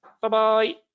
bye-bye